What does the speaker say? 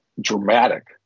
dramatic